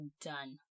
done